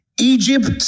Egypt